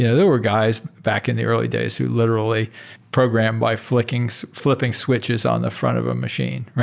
yeah there were guys back in the early days who literally programmed by flipping so flipping switches on the front of a machine, right?